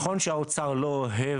זה נכון שהאוצר לא אוהב